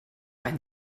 einen